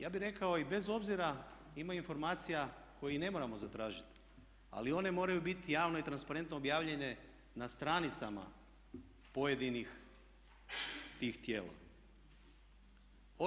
Ja bih rekao i bez obzira ima informacija koje ne moramo zatražiti ali one moraju biti javno i transparentno objavljene na stranicama pojedinih tih tijela.